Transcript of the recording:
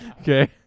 okay